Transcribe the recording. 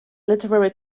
literary